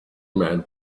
man